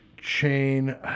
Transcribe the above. chain